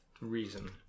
reason